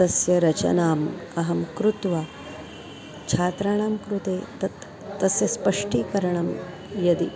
तस्य रचनाम् अहं कृत्वा छात्राणां कृते तत् तस्य स्पष्टीकरणं यदि